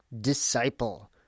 Disciple